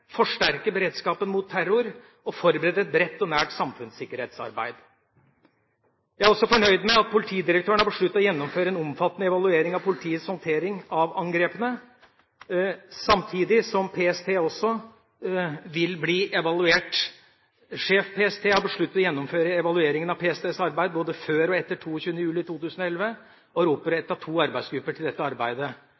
forsterke beredskapen mot terror og forberede et bredt og nært samfunnssikkerhetsarbeid. Jeg er også fornøyd med at politidirektøren har besluttet å gjennomføre en omfattende evaluering av politiets håndtering av angrepene, samtidig som sjef PST har besluttet å gjennomføre evalueringen av PSTs arbeid både før og etter 22. juli 2011, og